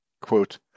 Quote